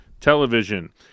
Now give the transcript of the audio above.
Television